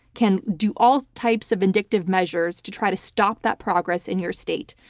can do all types of vindictive measures to try to stop that progress in your state.